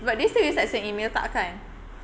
but do you still use that same email tak kan